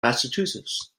massachusetts